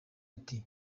ati